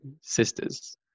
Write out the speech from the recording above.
sisters